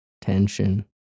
tension